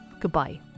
goodbye